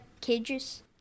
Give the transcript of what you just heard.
cages